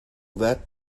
that